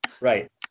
Right